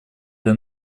для